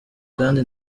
kandi